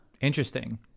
Interesting